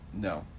No